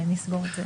נסגור את זה.